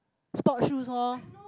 sport shoes loh